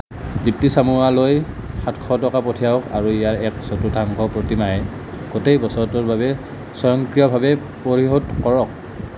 দীপ্তি চমুৱালৈ সাতশ টকা পঠিয়াওক আৰু ইয়াৰ এক চতুৰ্থাংশ প্ৰতিমাহে গোটেই বছৰটোৰ বাবে স্বয়ংক্ৰিয়ভাৱে পৰিশোধ কৰক